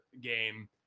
game